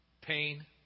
pain